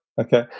Okay